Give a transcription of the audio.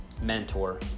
mentor